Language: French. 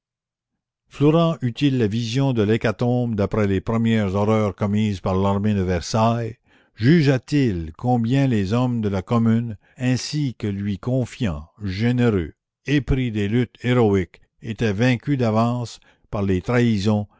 flourens eut-il la vision de l'hécatombe d'après les premières horreurs commises par l'armée de versailles jugea-t-il combien les hommes de la commune ainsi que lui confiants généreux épris des luttes héroïques étaient vaincus d'avance par les trahisons